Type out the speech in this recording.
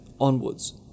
onwards